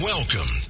Welcome